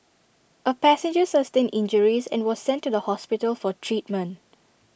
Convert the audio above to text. A passenger sustained injuries and was sent to the hospital for treatment